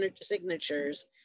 signatures